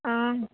অঁ